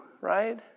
right